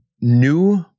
new